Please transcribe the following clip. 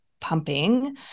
pumping